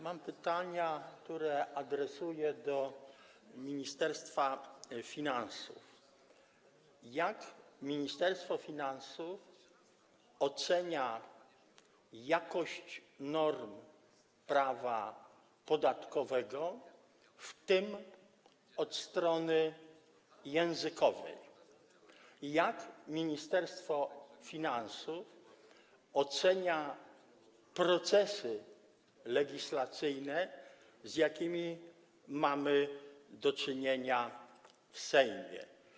Mam pytania, które adresuję do Ministerstwa Finansów: Jak Ministerstwo Finansów ocenia jakość norm prawa podatkowego, w tym od strony językowej, i jak Ministerstwo Finansów ocenia procesy legislacyjne, z jakimi mamy do czynienia w Sejmie?